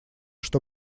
что